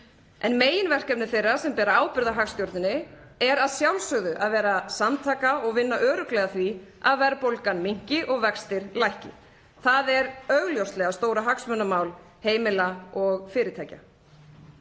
Meginverkefni þeirra sem bera ábyrgð á hagstjórninni er að sjálfsögðu að vera samtaka og vinna örugglega að því að verðbólgan minnki og vextir lækki. Það er augljóslega stóra hagsmunamál heimila og fyrirtækja.